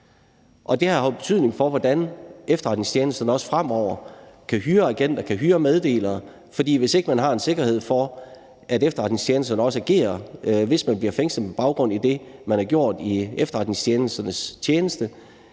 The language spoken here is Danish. Det har betydning for, hvordan efterretningstjenesterne også fremover kan hyre agenter, kan hyre meddelere, for hvis ikke man har sikkerhed for, at efterretningstjenesterne også agerer, hvis man bliver fængslet med baggrund i det, man har gjort i efterretningstjenesternes tjeneste,